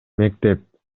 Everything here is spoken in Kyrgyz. мектеп